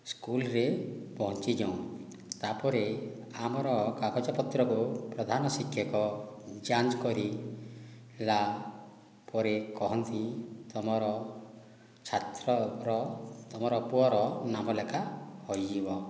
ସ୍କୁଲ୍ରେ ପହଞ୍ଚିଯାଉ ତା' ପରେ ଆମର କାଗଜ ପତ୍ରକୁ ପ୍ରଧାନ ଶିକ୍ଷକ ଯାଞ୍ଚ କରି ଲା ପରେ କହନ୍ତି ତୁମର ଛାତ୍ରର ତୁମର ପୁଅର ନାମ ଲେଖା ହୋଇଯିବ